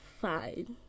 fine